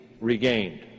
regained